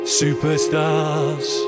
superstars